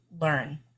learn